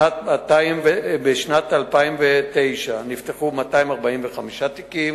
בשנת 2009 נפתחו 245 תיקים,